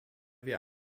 wir